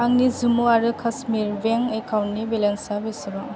आंनि जम्मु आरो कास्मिर बेंक एकाउन्टनि बेलेन्सा बेसेबां